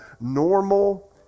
normal